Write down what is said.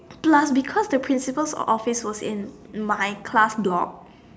plus because the principal's office was in in my class block